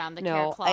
No